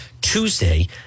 Tuesday